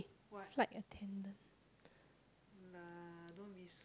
flight attendant